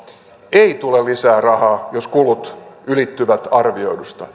ei tule lisää rahaa jos kulut ylittyvät arvioidusta